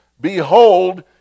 behold